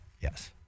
yes